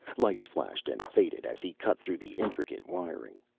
lights flashed and faded as he cut through the intricate wiring.